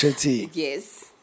Yes